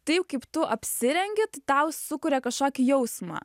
taip kaip tu apsirengi tai tau sukuria kažkokį jausmą